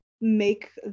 make